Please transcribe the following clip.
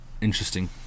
interesting